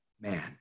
man